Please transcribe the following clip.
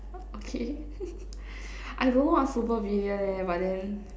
okay I don't know what super villain leh but then